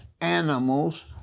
animals